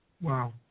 Wow